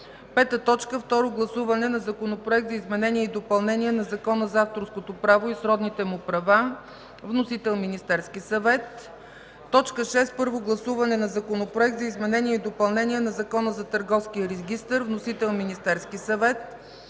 съвет. 5. Второ гласуване на Законопроект за изменение и допълнение на Закона за авторското право и сродните му права. Вносител – Министерският съвет. 6. Първо гласуване на Законопроект за изменение и допълнение на Закона за Търговския регистър. Вносител – Министерският съвет.